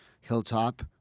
Hilltop